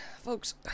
folks